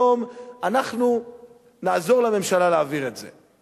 היום אנחנו נעזור לממשלה להעביר את זה.